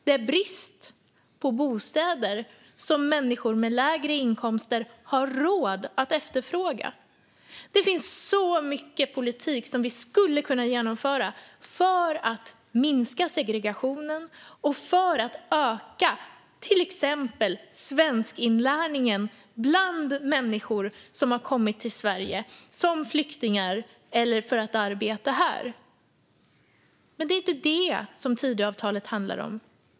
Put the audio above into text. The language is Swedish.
Det råder brist på bostäder som människor med lägre inkomster har råd att efterfråga. Det finns så mycket politik som vi skulle kunna genomföra för att minska segregationen och för att öka till exempel svenskinlärningen bland människor som har kommit till Sverige som flyktingar eller för att arbeta här, men det är inte det som Tidöavtalet handlar om.